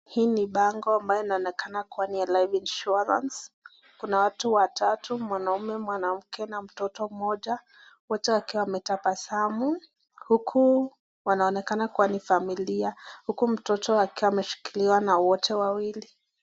Hii ni bango ambayo inaonekana ni ya Life Insurance, kuna watu watatu; mwanaume, mwanamke na mtoto mmoja wote wakiwa wametabasamu huku wanaonekana kuwa ni familia huku mtoto akiwa ameshikiliwa na wote wawili.